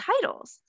titles